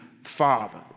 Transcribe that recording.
Father